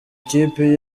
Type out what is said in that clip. ikipe